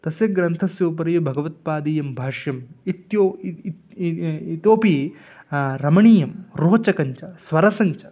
तस्य ग्रन्थस्य उपरि भगत्पादीयं भाष्यम् इत्यो इत् इ इतोपि रमणीयं रोचकं च स्वरसं च